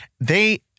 They-